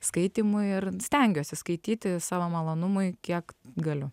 skaitymui ir stengiuosi skaityti savo malonumui kiek galiu